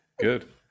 Good